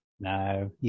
no